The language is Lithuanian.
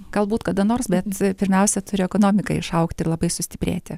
galbūt kada nors bet pirmiausia turi ekonomika išaugti ir labai sustiprėti